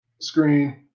Screen